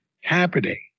happening